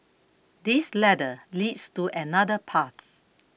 this ladder leads to another path